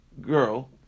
girl